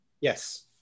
Yes